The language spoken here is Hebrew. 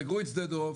סגרו את שדה דב,